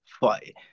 fight